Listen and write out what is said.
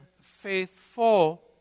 faithful